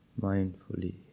mindfully